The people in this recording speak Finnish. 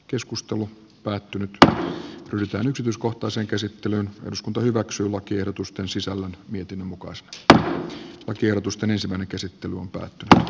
keskustelu päättynyt että rysän yksityiskohtaisen käsittelyn nyt päätetään lakiehdotusten sisällön myytin mukaan sdpstä ja kehotusten ensimmäinen käsittely on päättynyt sisällöstä